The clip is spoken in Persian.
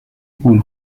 گول